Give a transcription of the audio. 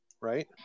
right